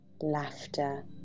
laughter